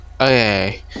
Okay